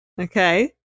Okay